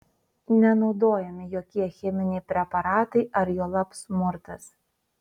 nenaudojami jokie cheminiai preparatai ar juolab smurtas